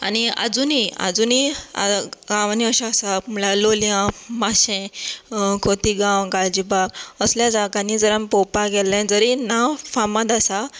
आनी आजुनी आजुनी गांवांनीं अशें आसा म्हणल्यार लोलयां माशें कोतिगांव गालजिबाग असले जाग्यांनी जर आमी पळोवपाक गेल्यार जरीय नांव फामाद आसा